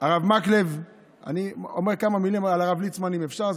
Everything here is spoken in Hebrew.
אני אומר כמה מילים על הרב ליצמן, אם אפשר.